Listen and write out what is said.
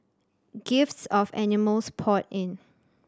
gifts of animals poured in